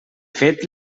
fet